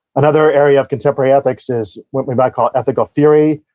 another area of contemporary ethics is what we might call ethical theory,